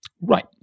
Right